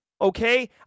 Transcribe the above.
okay